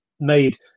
made